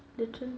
literal